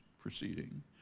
proceeding